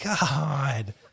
God